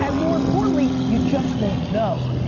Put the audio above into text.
um more importantly, you just won't know.